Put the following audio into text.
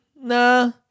Nah